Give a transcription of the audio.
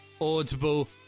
audible